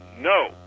no